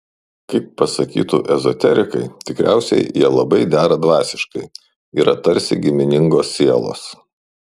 kaip pasakytų ezoterikai tikriausiai jie labai dera dvasiškai yra tarsi giminingos sielos